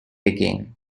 again